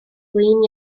flin